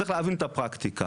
צריך להבין את הפרקטיקה.